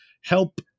Help